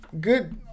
good